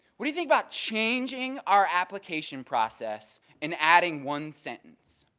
what do you think about changing our application process and adding one sentence.